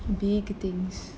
big thing